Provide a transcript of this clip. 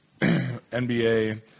NBA